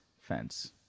fence